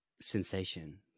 sensation